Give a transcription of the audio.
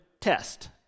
test